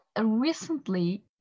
recently